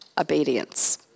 obedience